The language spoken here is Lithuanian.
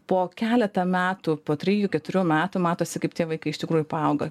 po keletą metų po trijų keturių metų matosi kaip tie vaikai iš tikrųjų paauga